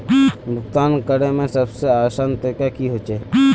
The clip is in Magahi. भुगतान करे में सबसे आसान तरीका की होते?